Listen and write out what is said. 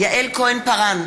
יעל כהן-פארן,